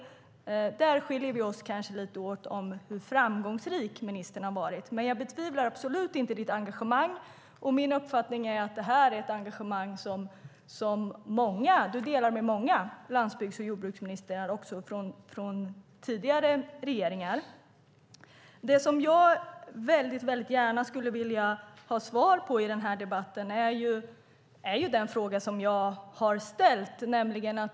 Där skiljer vi oss kanske lite åt när det gäller hur framgångsrik ministern har varit. Jag betvivlar dock absolut inte ditt engagemang. Min uppfattning är att det är ett engagemang du delar med många landsbygds och jordbruksministrar, också från tidigare regeringar. Det jag väldigt gärna skulle vilja ha svar på i den här debatten är den fråga jag har ställt.